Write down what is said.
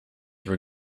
were